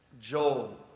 Joel